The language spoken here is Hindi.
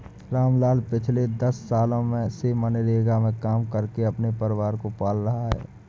रामलाल पिछले दस सालों से मनरेगा में काम करके अपने परिवार को पाल रहा है